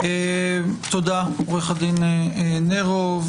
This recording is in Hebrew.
תודה, עוד נרוב.